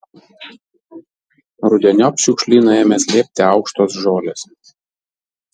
rudeniop šiukšlyną ėmė slėpti aukštos žolės